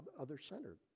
other-centered